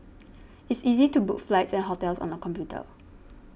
it's easy to book flights and hotels on the computer